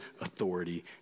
authority